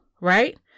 Right